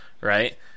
right